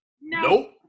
nope